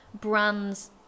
brands